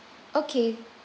okay